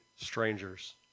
strangers